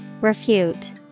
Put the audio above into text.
Refute